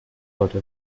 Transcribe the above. heute